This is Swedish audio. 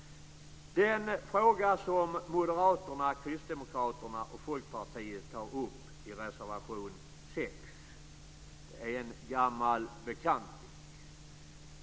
Den fråga som Moderaterna, Kristdemokraterna och Folkpartiet tar upp i reservation 6 är en gammal bekanting.